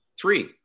Three